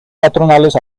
patronales